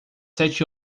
sete